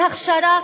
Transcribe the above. בהכשרה.